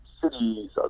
cities